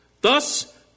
Thus